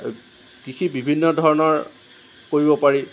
কৃষি বিভিন্ন ধৰণৰ কৰিব পাৰি